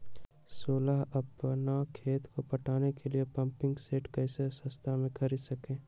सोलह अपना खेत को पटाने के लिए पम्पिंग सेट कैसे सस्ता मे खरीद सके?